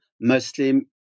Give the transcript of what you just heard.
Muslim